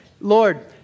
Lord